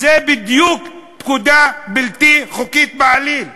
זה בדיוק פקודה בלתי חוקית בעליל.